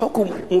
החוק הוא מורכב,